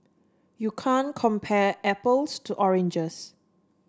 you can't compare apples to oranges